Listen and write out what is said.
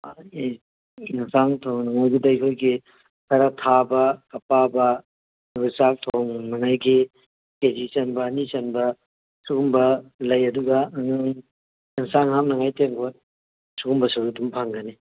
ꯏꯟꯁꯥꯡ ꯊꯣꯡꯅꯉꯥꯏꯒꯤ ꯑꯩꯈꯣꯏꯒꯤ ꯈꯔ ꯊꯥꯕ ꯑꯄꯥꯕ ꯑꯗꯨꯒ ꯆꯥꯛ ꯊꯣꯡꯅꯉꯥꯏꯒꯤ ꯀꯦꯖꯤ ꯆꯟꯕ ꯑꯅꯤ ꯆꯟꯕ ꯁꯨꯒꯨꯝꯕ ꯂꯩ ꯑꯗꯨꯒ ꯏꯟꯁꯥꯡ ꯍꯥꯞꯅꯉꯥꯏ ꯇꯦꯡꯀꯣꯠ ꯁꯨꯒꯨꯝꯕꯁꯨ ꯑꯗꯨꯝ ꯐꯪꯒꯅꯤ